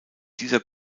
dieser